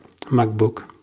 MacBook